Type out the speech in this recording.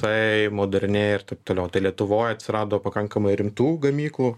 tai modernėja ir taip toliau tai lietuvoj atsirado pakankamai rimtų gamyklų